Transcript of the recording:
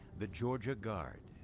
the georgia guard.